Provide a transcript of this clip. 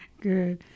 Good